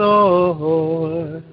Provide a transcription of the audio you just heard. Lord